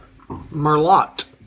Merlot